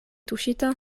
tuŝita